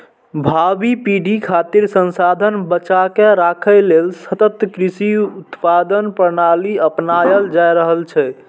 भावी पीढ़ी खातिर संसाधन बचाके राखै लेल सतत कृषि उत्पादन प्रणाली अपनाएल जा रहल छै